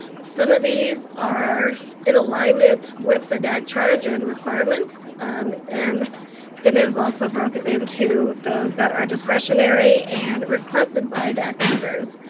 some of these are in alignment with the deck charging requirements and then it is also broken into those that are discretionary and requested by dec numbers.